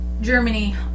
Germany